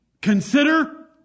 Consider